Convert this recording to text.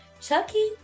Chucky